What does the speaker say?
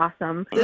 awesome